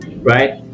right